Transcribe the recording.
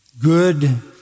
Good